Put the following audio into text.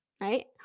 right